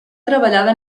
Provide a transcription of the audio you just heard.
treballada